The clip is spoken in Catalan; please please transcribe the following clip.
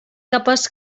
capes